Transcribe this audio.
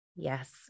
Yes